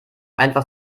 einfach